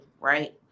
right